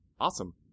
awesome